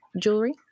jewelry